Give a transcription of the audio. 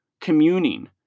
communing